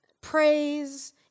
Praise